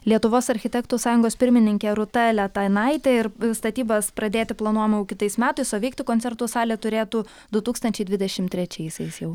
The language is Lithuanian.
lietuvos architektų sąjungos pirmininkė rūta letanaitė ir statybas pradėti planuojama jau kitais metais o veikti koncertų salė turėtų du tūkstančiai dvidešimt trečiaisiais jau